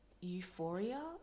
euphoria